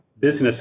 business